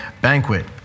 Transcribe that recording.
banquet